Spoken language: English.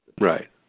Right